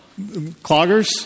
Cloggers